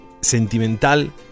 sentimental